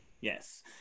yes